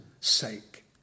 sake